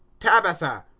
tabitha,